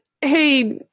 Hey